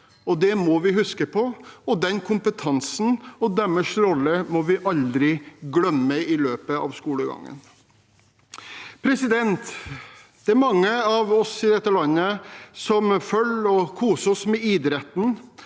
det må vi huske på. Den kompetansen og deres rolle må vi aldri glemme i løpet av skolegangen. Det er mange av oss i dette landet som følger og koser oss med idretten,